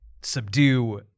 subdue